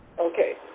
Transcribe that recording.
Okay